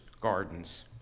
gardens